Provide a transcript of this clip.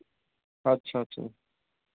अच्छा अच्छा